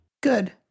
Good